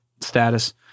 status